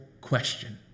question